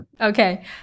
Okay